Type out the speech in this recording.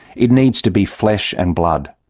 it needs to be flesh and blood.